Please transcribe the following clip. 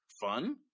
fun